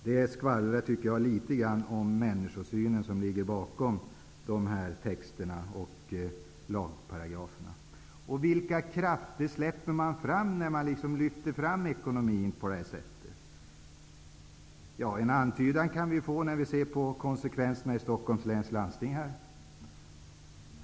Det skvallrar, tycker jag, om den människosyn som ligger bakom de här texterna och lagparagraferna. Vilka krafter släpper man fram när man lyfter fram ekonomin på det här sättet? En antydan kan vi få när vi ser på konsekvenserna i Stockholms läns landsting.